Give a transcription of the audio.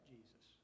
Jesus